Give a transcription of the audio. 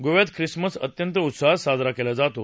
गोव्यात खिसमस अत्यंत उत्साहात साजरा केला जात असतो